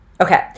Okay